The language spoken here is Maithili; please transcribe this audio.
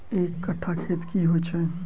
एक कट्ठा खेत की होइ छै?